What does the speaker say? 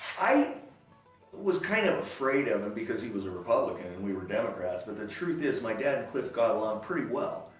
i was kind of afraid of him because he was a republican and we were democrats, but the truth is, my dad and cliff got along pretty well.